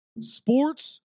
sports